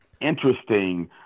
interesting